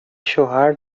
شوهر